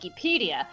Wikipedia